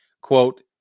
Quote